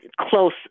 close